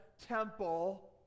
temple